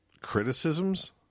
criticisms